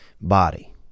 body